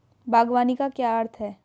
बागवानी का क्या अर्थ है?